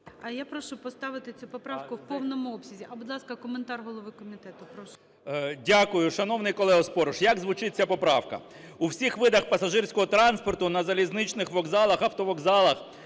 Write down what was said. Я прошу поставити цю поправку в повному обсязі. Будь ласка, коментар голови комітету, прошу. 11:13:47 КНЯЖИЦЬКИЙ М.Л. Дякую. Шановний колега Спориш, як звучить ця поправка: "У всіх видах пасажирського транспорту, на залізничних вокзалах, автовокзалах,